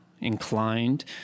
inclined